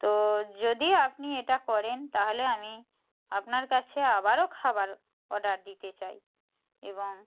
তো যদি আপনি এটা করেন তাহলে আমি আপনার কাছে আবারও খাবার অর্ডার দিতে চাই এবং